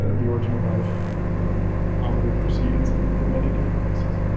ah the origin of life probably proceeds and in many different places.